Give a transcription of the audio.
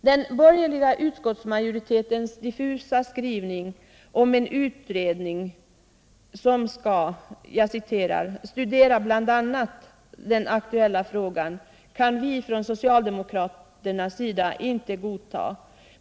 Den borgerliga utskottsmajoritetens diffusa skrivning om en utredning som skall ”studera bl.a. den aktuella frågan” kan vi från socialdemokraternas sida inte godta.